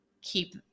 keep